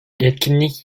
etkinlik